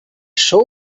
show